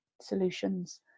solutions